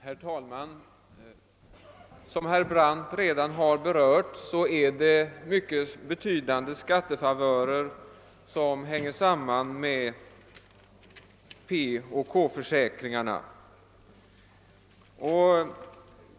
Herr talman! Som herr Brandt redan har nämnt hänger mycket betydande skattefavörer samman med P och K försäkringarna.